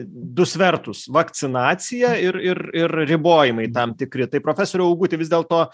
du svertus vakcinaciją ir ir ir ribojimai tam tikri tai profesoriau auguti vis dėlto